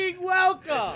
welcome